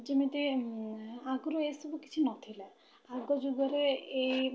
ଯେମିତି ଆଗରୁ ଏସବୁ କିଛି ନଥିଲା ଆଗ ଯୁଗରେ ଏଇ